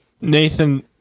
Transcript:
Nathan